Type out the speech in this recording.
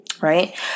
right